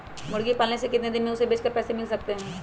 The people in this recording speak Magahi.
मुर्गी पालने से कितने दिन में हमें उसे बेचकर पैसे मिल सकते हैं?